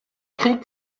krieg